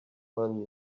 money